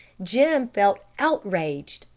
jim felt outraged.